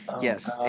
Yes